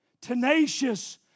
tenacious